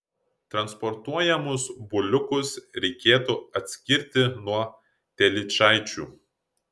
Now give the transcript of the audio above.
transportuojamus buliukus reikėtų atskirti nuo telyčaičių